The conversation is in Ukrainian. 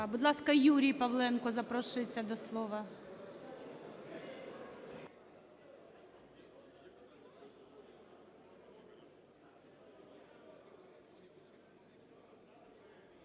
Будь ласка, Юрій Павленко запрошується до слова.